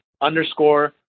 underscore